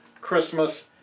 Christmas